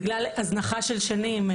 בגלל הזנחה של שנים.